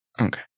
Okay